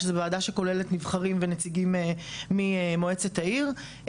שזו ועדה שכוללת נבחרים ונציגים ממועצת העיר,